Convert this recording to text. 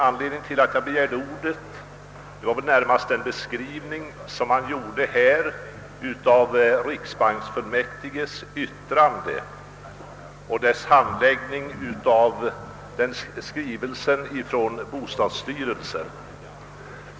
Här har gjorts en beskrivning av riksbanksfullmäktiges yttrande och av fullmäktiges handläggning av skrivelsen från bostadsstyrelsen.